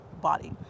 body